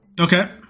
Okay